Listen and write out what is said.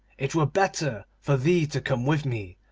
it were better for thee to come with me,